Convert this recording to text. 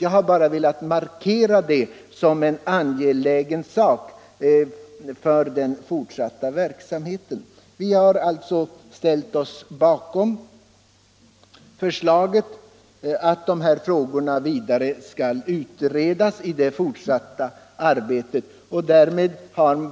Jag har bara velat markera det som en angelägen uppgift för den fortsatta verksamheten. Vi har alltså ställt oss bakom förslaget att de här frågorna skall utredas i det fortsatta arbetet.